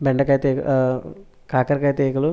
బెండకాయ తీగ కాకరకాయ తీగలు